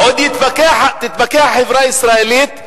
עוד תתפכח החברה הישראלית,